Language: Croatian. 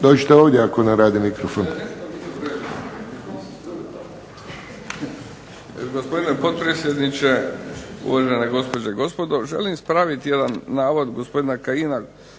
Dođite ovdje ako ne radi mikrofon. **Šetić, Nevio (HDZ)** Gospodine potpredsjedniče, uvažene gospođe i gospodo. Želim ispraviti jedan navod gospodina Kajina